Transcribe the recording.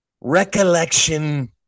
recollection